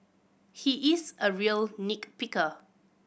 he is a real nick picker